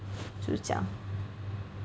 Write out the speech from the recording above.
就这样